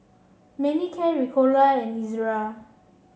Manicare Ricola and Ezerra